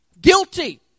guilty